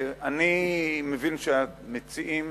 אני מבין שהמציעים